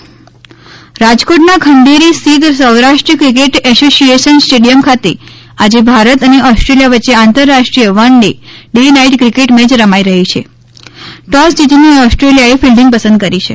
Rajkot match રાજકોટના ખંઢેરી સ્થિત સૌરાષ્ટ્ર ક્રિકેટ એસોસિયેશન સ્ટેડિયમ ખાતે આજે ભારત અને ઓસ્ટ્રેલિયા વચ્ચે આંતરરાષ્ટ્રીય one day day night cricket match રમાઈ રહી છે ટોસ જીતીને ઓસ્રીમાલીયાએ ફિંલ્ડીંગ પસંદ કરી છે